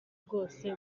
bwose